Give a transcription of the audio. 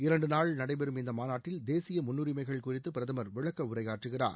இரண்டு நாள் நடைபெறும் இந்த மாநாட்டில் தேசிய முன்னுரிமைகள் குறித்து பிரதம் விளக்க உரை ஆற்றுகிறார்